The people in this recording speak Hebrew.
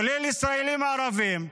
כולל ישראלים ערבים.